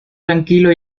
tranquilo